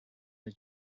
the